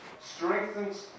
strengthened